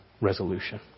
resolution